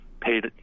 paid